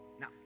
Now